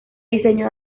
diseño